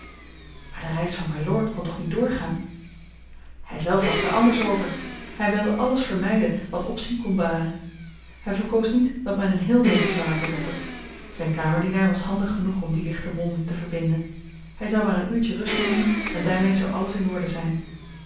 maar de reis van mylord kon toch niet doorgaan hij zelf dacht er anders over hij wilde alles vermijden wat opzien kon baren hij verkoos niet dat men een heelmeester zou laten roepen zijn kamerdienaar was handig genoeg om die lichte wonde te verbinden hij zou maar een uurtje rust nemen en daarmee zou alles in orde zijn